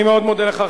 אני מאוד מודה לך,